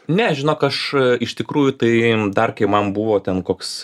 ne žinok aš iš tikrųjų tai dar kai man buvo ten koks